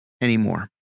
anymore